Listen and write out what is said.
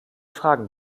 fragen